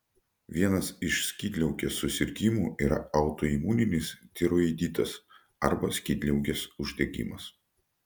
vienas iš skydliaukės susirgimų yra autoimuninis tiroiditas arba skydliaukės uždegimas